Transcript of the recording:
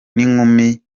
n’inkumi